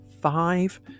five